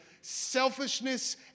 selfishness